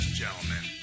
gentlemen